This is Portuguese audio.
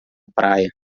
praia